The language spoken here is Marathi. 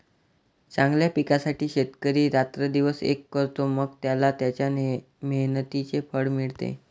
चांगल्या पिकासाठी शेतकरी रात्रंदिवस एक करतो, मग त्याला त्याच्या मेहनतीचे फळ मिळते